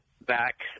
back